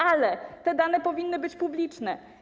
Ale te dane powinny być publiczne.